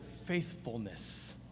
faithfulness